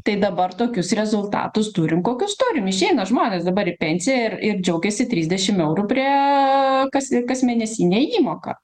tai dabar tokius rezultatus turim kokius turim išeina žmonės dabar į pensiją ir ir džiaugiasi trisdešim eurų prie kas kasmėnesine įmoka